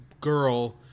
girl